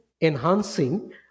enhancing